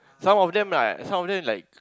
some of them lah some of them like